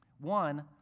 One